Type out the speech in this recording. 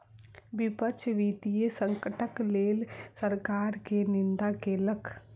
विपक्ष वित्तीय संकटक लेल सरकार के निंदा केलक